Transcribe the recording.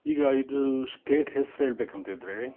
ಈಗ ಇದು ಸ್ಟೇಟ್ ಹೆಸ್ರು ಹೇಳ್ಬೇಕಂತ ಇದ್ದರೆ